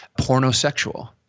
pornosexual